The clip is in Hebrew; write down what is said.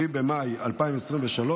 10 במאי 2023,